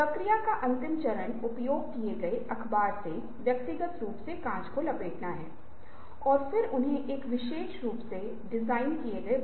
उदाहरण के लिए भले ही आप विज्ञान जैसे क्षेत्र को देख रहे हों जहां तर्क हावी थे पुनर्जागरण तक मौजूद दुनिया के दृश्य ने हमें बताया कि पृथ्वी ब्रह्मांड का केंद्र है